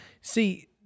see –